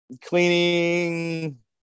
cleaning